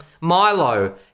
milo